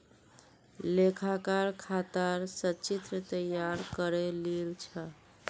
लेखाकार खातर संचित्र तैयार करे लील छ